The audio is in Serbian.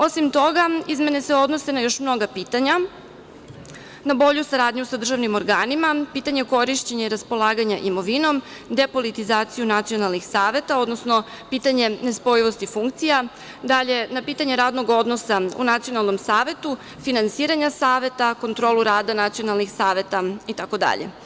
Osim toga, izmene se odnose na još mnoga pitanja, na bolju saradnju sa državnim organima, pitanje korišćenja i raspolaganja imovinom, depolitizaciju nacionalnih saveta, odnosno pitanje nespojivosti funkcija, dalje na pitanje radnog odnosa u nacionalnom savetu, finansiranje saveta, kontrolu rada nacionalnih saveta i tako dalje.